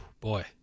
boy